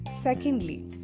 secondly